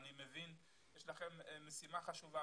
אני מבין שיש לכם משימה חשובה,